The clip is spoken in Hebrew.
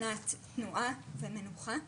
אנחנו מבקשים מקופות החולים לפתוח מרפאות,